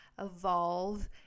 evolve